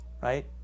Right